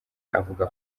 avuga